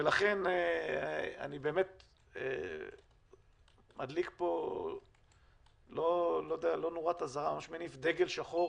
לכן אני מניף דגל שחור